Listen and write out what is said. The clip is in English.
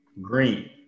green